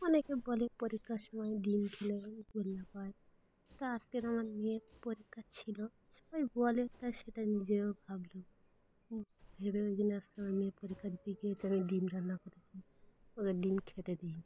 অনেকে বলে পরীক্ষার সময় ডিম খেলে গোল্লা পাই তা আজকের আমার মেয়ের পরীক্ষা ছিলো সবাই বলে তাই সেটা নিজেও ভাবলো ভেবে ওই আজকে আমার মেয়ের পরীক্ষা দিতে গিয়ে হয়েছে আমি ডিম রান্না করেছি ওদের ডিম খেতে দিই